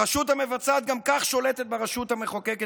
הרשות המבצעת גם כך שולטת ברשות המחוקקת